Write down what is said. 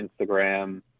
Instagram